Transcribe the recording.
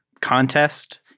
contest